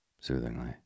soothingly